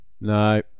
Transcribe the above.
No